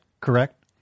correct